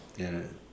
ya